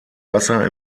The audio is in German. wasser